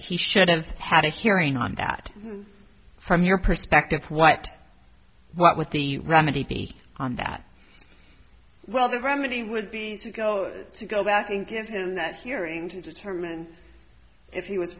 he should have had a hearing on that from your perspective what what with the remedy on that well the remedy would be to go to go back and give him that hearing to determine if he w